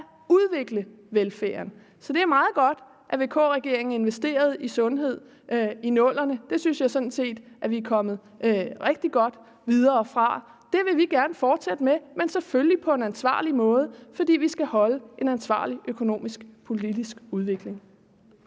udvikle velfærden. Så det er meget godt, at VK-regeringen investerede i sundhed i 00'erne. Det synes jeg sådan set, vi er kommet rigtig godt videre fra. Det vil vi gerne fortsætte med, men selvfølgelig på en ansvarlig måde, fordi vi skal holde en ansvarlig økonomisk, politisk udvikling.